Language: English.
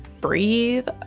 breathe